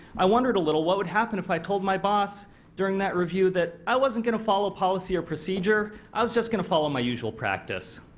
i wondered a little bit what would happen if i told my boss during that review that i wasn't going to follow policy or procedure, i was just going to follow my usual practice.